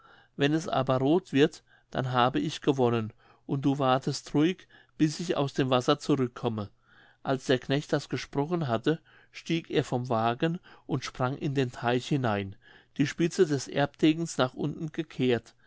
wenn es aber roth wird dann habe ich gewonnen und du wartest ruhig bis ich aus dem wasser zurückkomme als der knecht das gesprochen hatte stieg er vom wagen und sprang in den teich hinein die spitze des erbdegens nach unten gekehrt